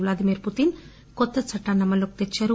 Vladimir Putin కొత్త చట్టాన్ని అమల్లోకి తెచ్చారు